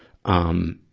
um,